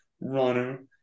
runner